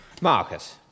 Marcus